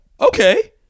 okay